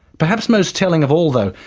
perhaps most telling of all, though,